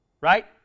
right